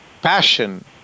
passion